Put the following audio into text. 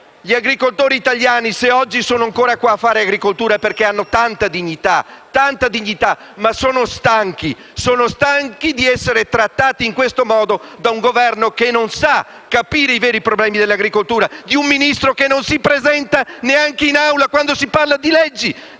Gli agricoltori italiani, se ancora oggi praticano l'agricoltura, è perché hanno tanta dignità. Ma sono stanchi. Sono stanchi di essere trattati in questo modo da un Governo che non sa capire i veri problemi dell'agricoltura e da un Ministro che non si presenta neanche in Aula quando si parla di leggi